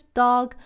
dog